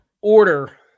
order